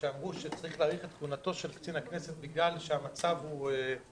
שאמרו שצריך להאריך את כהונתו את קצין הכנסת בגלל שהמצב מחייב,